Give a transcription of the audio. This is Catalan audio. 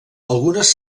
algunes